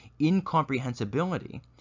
incomprehensibility